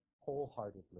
wholeheartedly